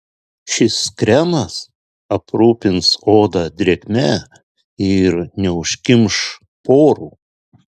šis kremas aprūpins odą drėgme ir neužkimš porų